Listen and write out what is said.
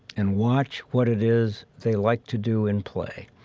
and watch what it is they like to do in play,